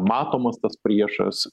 matomas tas priešas